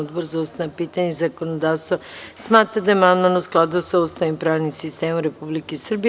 Odbor za ustavna pitanja i zakonodavstvo smatra da je amandman u skladu sa Ustavom i pravnim sistemom Republike Srbije.